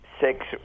six